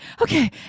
Okay